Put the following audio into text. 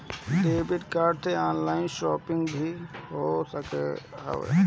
debit card से online shopping भी हो सकत हवे